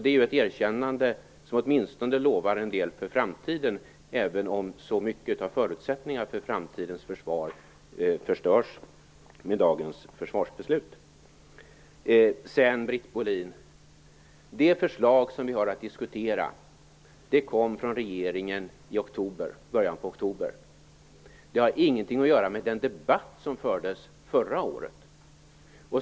Det är ju ett erkännande som åtminstone lovar en del för framtiden, även om så mycket av förutsättningar för framtidens försvar förstörs med dagens försvarsbeslut. Det förslag som vi har att diskutera kom från regeringen i början av oktober, Britt Bohlin. Det har ingenting att göra med den debatt som fördes förra året.